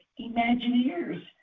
Imagineers